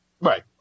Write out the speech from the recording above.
Right